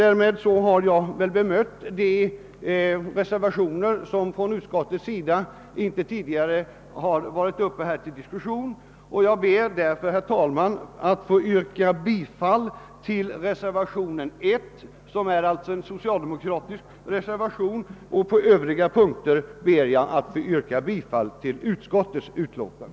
Jag har därmed bemött de reservationer som tidigare inte har bemötts av någon företrädare för utskottsmajoriteten. Jag ber att få yrka bifall till reservationen I, som är socialdemokratisk, och i övrigt bifall till utskottets hemställan.